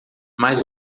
mais